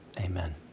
Amen